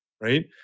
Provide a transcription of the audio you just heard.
Right